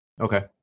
Okay